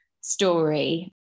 story